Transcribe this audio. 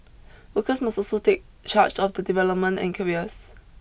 workers must also take charge of their development and careers